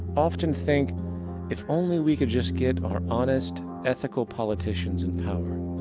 often think if only we could just get our honest, ethical politicians in power,